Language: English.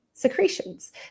Secretions